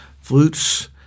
flutes